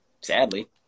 sadly